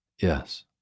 Yes